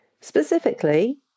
Specifically